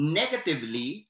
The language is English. negatively